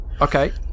okay